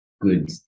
good